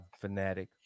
fanatic